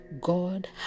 God